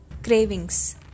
cravings